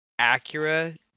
acura